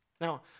Now